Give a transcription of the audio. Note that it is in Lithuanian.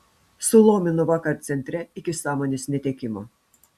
sulomino vakar centre iki sąmonės netekimo